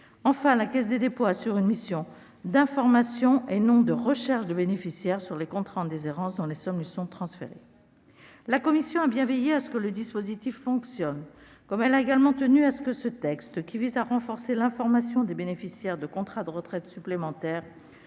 Enfin, la Caisse des dépôts et consignations assure une mission d'information, et non de recherche de bénéficiaires, sur les contrats en déshérence dont les sommes lui sont transférées. La commission a bien veillé à ce que le dispositif fonctionne, comme elle a également tenu à ce que ce texte, qui vise à renforcer l'information des bénéficiaires de contrats d'épargne retraite supplémentaire,